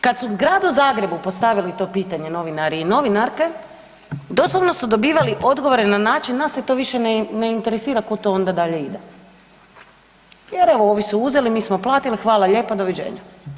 Kad su gradu Zagrebu postavili to pitanje novinari i novinarke, doslovno su dobivali odgovore na način „nas se to više ine interesira kud to onda dalje ide“ jer evo, ovi su uzeli, mi smo platili, hvala lijepa, doviđenja.